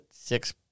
six